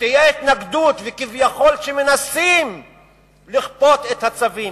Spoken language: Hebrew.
שתהיה התנגדות, וכביכול מנסים לכפות את הצווים.